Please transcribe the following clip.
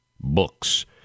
books